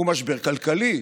הוא משבר כלכלי,